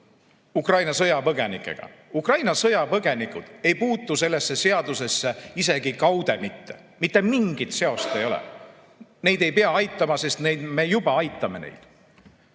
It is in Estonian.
Ukraina sõjapõgenikega. Ukraina sõjapõgenikud ei puutu sellesse seadusesse isegi kaude mitte. Mitte mingit seost ei ole. Neid ei pea aitama, sest me juba aitame neid.